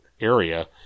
area